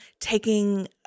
taking